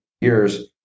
years